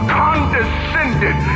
condescended